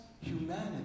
humanity